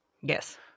Yes